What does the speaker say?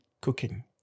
cooking